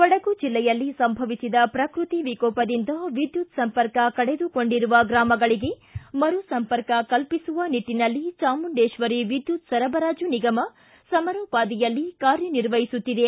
ಕೊಡಗು ಜಿಲ್ಲೆಯಲ್ಲಿ ಸಂಭವಿಸಿದ ಪ್ರಕೃತಿ ವಿಕೋಪದಿಂದ ವಿದ್ಯುತ್ ಸಂಪರ್ಕ ಕಳೆದುಕೊಂಡಿರುವ ಗ್ರಾಮಗಳಿಗೆ ಮರು ಸಂಪರ್ಕ ಕಲ್ಪಿಸುವ ನಿಟ್ಟಿನಲ್ಲಿ ಚಾಮುಂಡೇಶ್ವರಿ ವಿದ್ಯುತ್ ಸರಬರಾಜು ನಿಗಮ ಸಮರೋಪಾದಿಯಲ್ಲಿ ಕಾರ್ಯ ನಿರ್ವಹಿಸುತ್ತಿದೆ